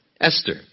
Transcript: Esther